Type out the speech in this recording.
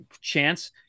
chance